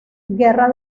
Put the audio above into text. guerra